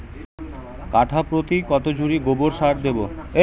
কাঠাপ্রতি কত ঝুড়ি গোবর সার দেবো?